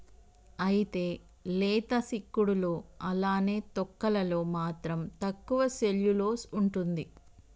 అయితే లేత సిక్కుడులో అలానే తొక్కలలో మాత్రం తక్కువ సెల్యులోస్ ఉంటుంది